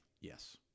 Yes